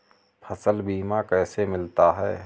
फसल बीमा कैसे मिलता है?